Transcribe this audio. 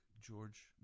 George